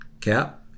cap